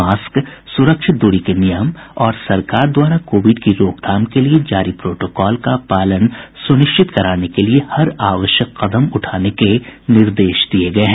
mask सुरक्षित दूरी के नियम और सरकार द्वारा कोविड की रोकथाम के लिए जारी प्रोटोकॉल का पालन सुनिश्चित कराने के लिए हर आवश्यक कदम उठाने के निर्देश दिये गये हैं